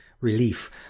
Relief